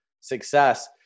success